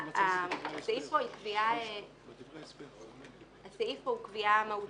הסעיף כאן הוא קביעה מהותית,